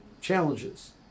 challenges